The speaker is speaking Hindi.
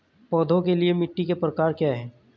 पौधों के लिए मिट्टी के प्रकार क्या हैं?